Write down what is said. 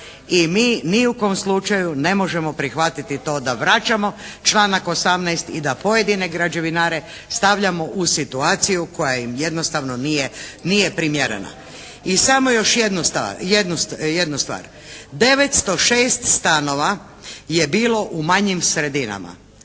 i mi ni u kom slučaju ne možemo prihvatiti to da vraćamo, članak 18. i da pojedine građevinare stavljamo u situaciju koja im jednostavno nije primjerena. I samo još jednu stvar. 906 stanova je bilo u manjim sredinama.